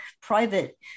private